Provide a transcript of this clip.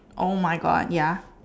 oh my God ya